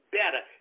better